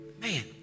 Man